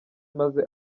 maze